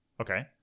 Okay